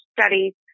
Studies